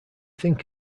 think